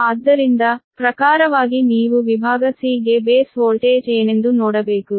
ಆದ್ದರಿಂದ ಪ್ರಕಾರವಾಗಿ ನೀವು ವಿಭಾಗ C ಗೆ ಬೇಸ್ ವೋಲ್ಟೇಜ್ ಏನೆಂದು ನೋಡಬೇಕು